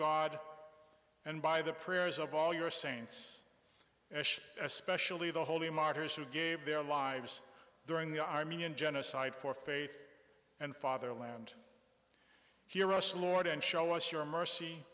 god and by the prayers of all your saints and especially the holy martyrs who gave their lives during the armenian genocide for faith and fatherland hear us lord and show us your mercy